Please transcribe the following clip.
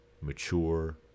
mature